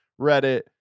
reddit